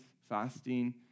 fasting